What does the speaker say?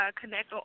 connect